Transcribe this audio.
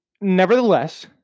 nevertheless